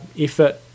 effort